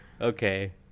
Okay